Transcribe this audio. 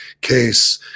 case